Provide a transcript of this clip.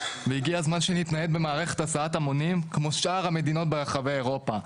והגיע הזמן שנתנייד במערכת הסעת המונים כמו שאר המדינות ברחבי אירופה.